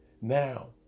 Now